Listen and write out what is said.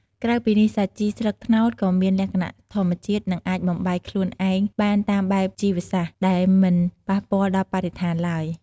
ក្រៅពីនេះ សាជីស្លឹកត្នោតក៏មានលក្ខណៈធម្មជាតិ និងអាចបំបែកខ្លួនឯងបានតាមបែបជីវសាស្ត្រ ដែលមិនប៉ះពាល់ដល់បរិស្ថានឡើយ។